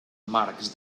marcs